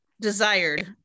desired